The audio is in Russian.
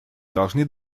должны